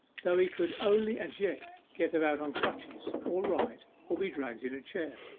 though he could only as yet get about on crutches, or ride, or be dragged in a chair.